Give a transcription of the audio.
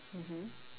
mmhmm